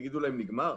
יגידו להם נגמר?